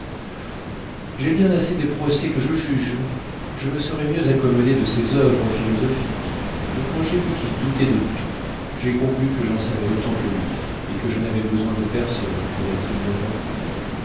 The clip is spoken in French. j'ai bien assez des procès que je juge je me serais mieux accommodé de ses oeuvres philosophiques mais quand j'ai vu qu'il doutait de tout j'ai conclu que j'en savais autant que lui et que je n'avais besoin de personne pour être ignorant